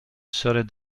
serait